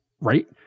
right